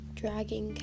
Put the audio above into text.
dragging